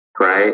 right